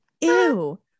Ew